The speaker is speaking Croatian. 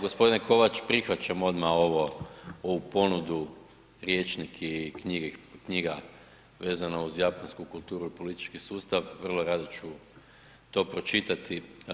G. Kovač, prihvaćam odmah ovo, ovu ponudu rječnik i knjiga vezano uz japansku kulturu i politički sustav, vrlo rado ću to pročitati.